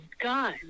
god